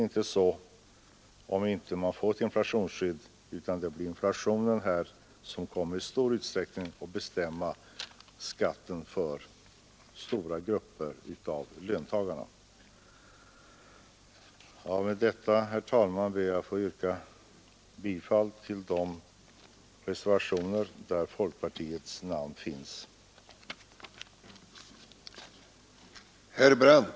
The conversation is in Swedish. Utan ett inflationsskydd blir det inte så, utan det blir i stor utsträckning inflationen som bestämmer skatten för stora grupper av löntagare. Med dessa ord, herr talman, ber jag att få yrka bifall till reservationerna 1, 3, 4, 5, 7 och 8, under vilka folkpartiets utskottsrepresentanter återfinns.